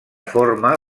forma